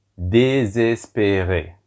désespéré